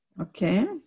okay